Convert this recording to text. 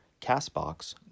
Castbox